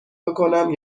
بکـنم